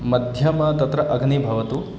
माध्यमः तत्र अग्निः भवतु